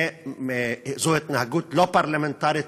זו התנהגות לא פרלמנטרית,